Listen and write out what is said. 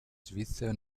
svizzere